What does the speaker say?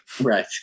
Right